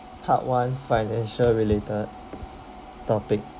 part one financial related topic